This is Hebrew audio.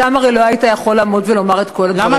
שם הרי לא היית יכול לעמוד ולומר את כל דברים הללו.